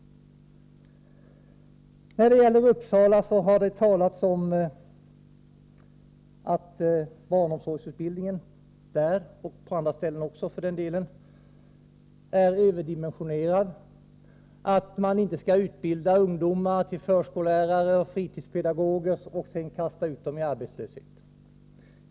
Det har talats om att barnomsorgsutbildningen i Uppsala, och för den delen också på andra håll, är överdimensionerad, att man inte skall utbilda ungdomar till förskollärare och fritidspedagoger för att sedan kasta ut dem i arbetslöshet.